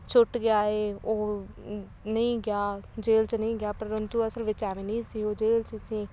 ਛੁੱਟ ਗਿਆ ਹੈ ਉਹ ਨਹੀਂ ਗਿਆ ਜੇਲ 'ਚ ਨਹੀਂ ਗਿਆ ਪਰੰਤੂ ਅਸਲ ਵਿੱਚ ਇਵੇਂ ਨਹੀਂ ਸੀ ਉਹ ਜੇਲ 'ਚ ਸੀ